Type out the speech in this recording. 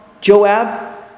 Joab